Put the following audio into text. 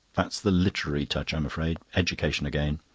that's the literary touch, i'm afraid. education again.